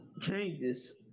changes